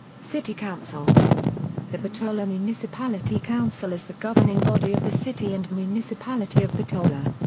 city council the bitola municipality council is the governing body of the city and municipality of bitola.